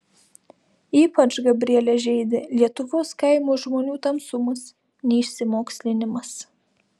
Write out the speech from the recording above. ypač gabrielę žeidė lietuvos kaimo žmonių tamsumas neišsimokslinimas